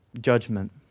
judgment